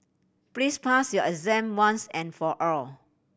please pass your exam once and for all